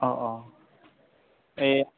অঁ অঁ এই